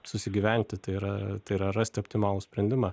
susigyventi tai yra tai yra rasti optimalų sprendimą